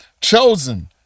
Chosen